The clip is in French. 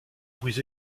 bruits